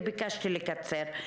וביקשתי לקצר.